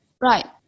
Right